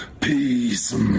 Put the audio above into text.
peace